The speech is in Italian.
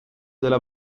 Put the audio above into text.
della